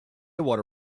water